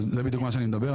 אז זה בדיוק מה שאני מדבר,